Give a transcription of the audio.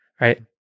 right